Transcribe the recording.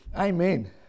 Amen